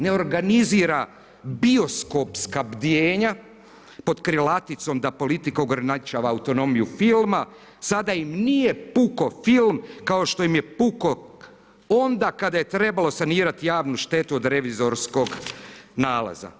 Ne organizira biopskopska bdijenja, pod krilaticom da politika ograničava autonomiju filma, sada im nije pukao film kao što im je pukao onda kada je trebalo sanirati javnu štetu od revizorskog nalaza.